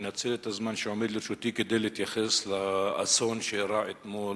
אנצל את הזמן שעומד לרשותי כדי להתייחס לאסון שאירע אתמול